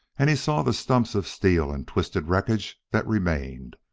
and he saw the stumps of steel and twisted wreckage that remained.